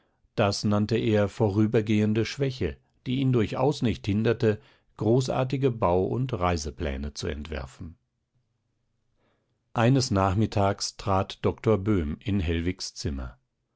das nannte er vorübergehende schwäche die ihn durchaus nicht hinderte großartige bau und reisepläne zu entwerfen eines nachmittags trat doktor böhm in hellwigs zimmer